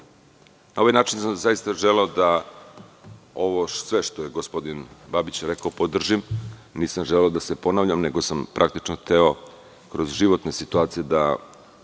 ovaj način sam želeo da sve ovo što je gospodin Babić rekao podržim. Nisam želeo da se ponavljam, nego sam praktično hteo kroz životne situacije da